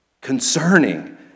concerning